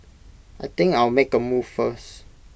I think I'll make A move first